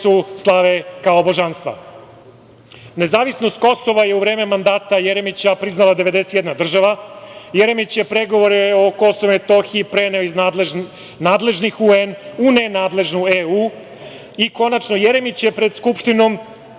Jeremić je pregovore o Kosovu i Metohiji preneo iz nadležnih UN, u nenadležnu EU. Konačno, Jeremić je pred Skupštinom